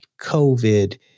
COVID